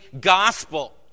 gospel